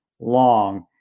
long